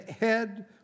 head